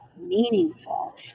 meaningful